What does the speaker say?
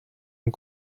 and